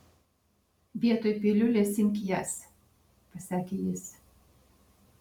vietoj piliulės imk jas pasakė jis